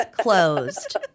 closed